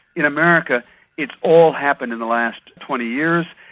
in america it's all happened in the last twenty years,